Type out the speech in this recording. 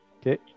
Okay